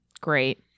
great